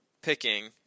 picking